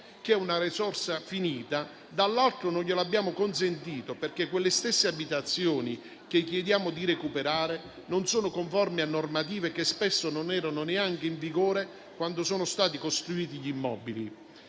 - è una risorsa finita - dall'altro lato, non lo abbiamo consentito loro, perché quelle stesse abitazioni che chiediamo di recuperare non sono conformi a normative che spesso non erano neanche in vigore quando sono stati costruiti gli immobili.